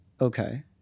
Okay